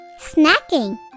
snacking